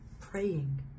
praying